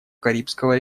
карибского